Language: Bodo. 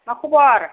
मा खबर